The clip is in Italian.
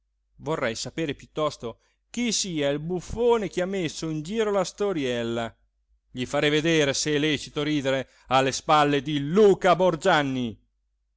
vorrei saper piuttosto chi sia il buffone che ha messo in giro la storiella gli farei vedere se è lecito ridere alle spalle di luca